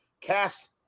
cast